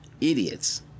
Idiots